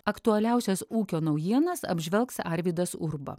aktualiausias ūkio naujienas apžvelgs arvydas urba